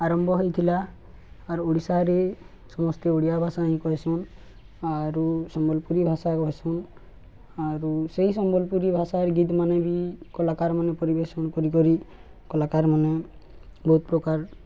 ଆରମ୍ଭ ହେଇଥିଲା ଆର୍ ଓଡ଼ିଶାରେ ସମସ୍ତେ ଓଡ଼ିଆ ଭାଷା ହିଁ କହିସନ୍ ଆରୁ ସମ୍ବଲପୁରୀ ଭାଷା କହିସନ୍ ଆରୁ ସେଇ ସମ୍ବଲପୁରୀ ଭାଷାର ଗୀତ ମାନେ ବି କଳାକାରମାନୋନେ ପରିବେଶନ୍ କରିକରି କଳାକାରମାନୋନେ ବହୁତ ପ୍ରକାର